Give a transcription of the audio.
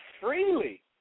freely